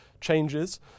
changes